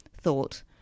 thought